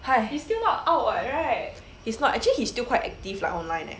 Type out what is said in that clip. !hais! he's not actually he is still quite active online leh